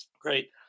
Great